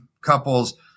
couples